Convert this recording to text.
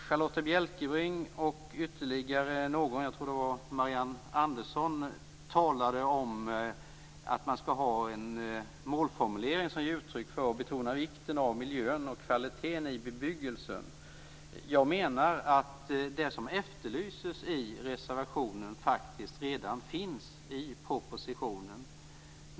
Charlotta Bjälkebring och, tror jag, Marianne Andersson har talat om att det behövs en målformulering som ger uttryck för och betonar vikten av miljön och kvaliteten i bebyggelsen. Jag menar att det som efterlyses i reservationen faktiskt redan finns i propositionen.